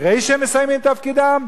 אחרי שהם מסיימים את תפקידם?